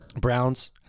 Browns